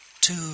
Two